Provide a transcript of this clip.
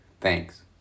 Thanks